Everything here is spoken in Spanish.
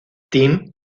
tim